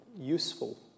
useful